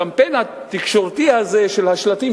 במקום הקמפיין התקשורתי הזה של השלטים,